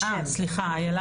איילה